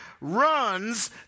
runs